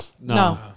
No